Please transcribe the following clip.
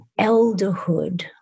elderhood